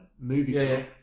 movie